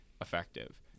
effective